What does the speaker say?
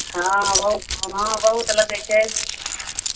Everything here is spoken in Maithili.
हँ बहुत हँ बहुत लगै छै